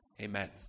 Amen